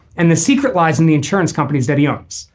and the secret lies in the insurance companies that he owns.